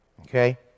Okay